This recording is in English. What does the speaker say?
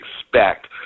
expect